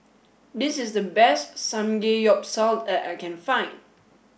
this is the best Samgeyopsal that I can find